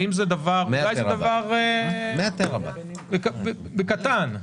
אולי זה דבר קטן.